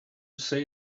say